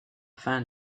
fin